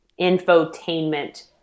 infotainment